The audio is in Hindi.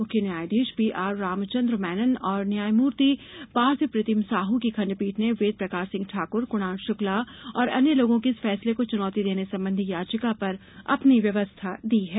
मुख्य न्यायाधीश पी आर रामचन्द्र मेनन और न्यायमूर्ति पार्थ प्रतीम साह की खंडपीठ ने वेद प्रकाश सिंह ठाकुर कुणाल शुक्ला और अन्य लोगों की इस फैसले को चुनौती देने संबंधी याचिका पर अपनी व्यवस्था दी है